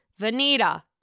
Vanita